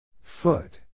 Foot